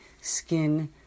skin